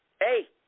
Hey